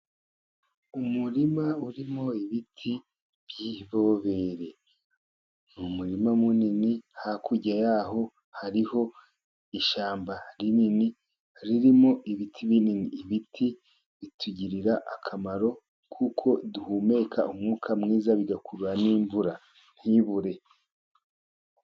Umurima urimo ibiti by'ibobere ni umurima munini . Hakurya yaho hariho ishyamba rinini ririmo ibiti binini. Ibiti bitugirira akamaro kuko duhumeka umwuka mwiza, bigakurura n'imvura ntibure.